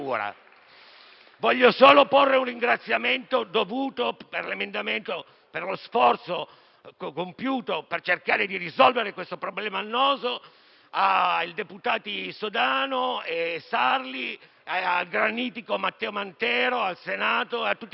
Voglio solo rivolgere un ringraziamento dovuto per lo sforzo compiuto per cercare di risolvere questo problema annoso ai deputati Sodano, Sarli, al granitico Matteo Mantero, al Senato e a tutti i colleghi